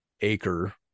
acre